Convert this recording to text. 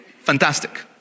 fantastic